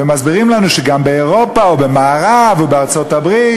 ומסבירים לנו שגם באירופה ובמערב ובארצות-הברית